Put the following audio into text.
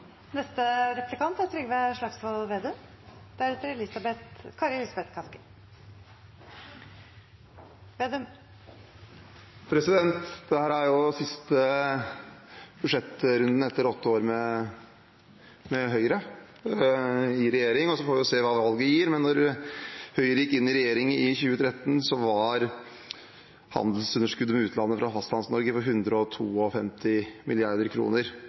er den siste budsjettrunden etter åtte år med Høyre i regjering, og så får vi se hva valget gir. Da Høyre gikk inn i regjering i 2013, var handelsunderskuddet med utlandet for Fastlands-Norge på